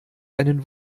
einen